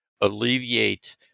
alleviate